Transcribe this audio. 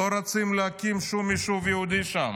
לא רוצים להקים שום יישוב יהודי שם.